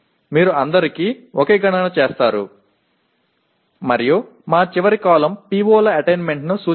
நீங்கள் அனைத்திற்க்கும் ஒரே கணக்கீட்டைச் செய்கிறீர்கள் இப்படித்தான் எங்கள் கடைசி நெடுவரிசை PO